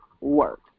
work